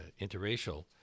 interracial